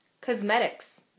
Cosmetics